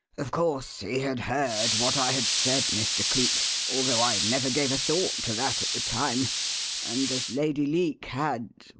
of course he had heard what i had said, mr. cleek although i never gave a thought to that at the time and as lady leake had,